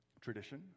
Tradition